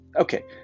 Okay